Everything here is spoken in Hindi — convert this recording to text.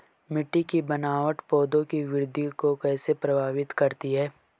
मिट्टी की बनावट पौधों की वृद्धि को कैसे प्रभावित करती है?